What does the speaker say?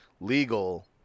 legal